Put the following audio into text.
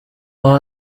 aho